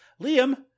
Liam